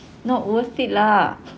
not worth it lah